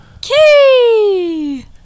Key